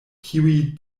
kiuj